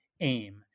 aim